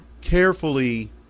carefully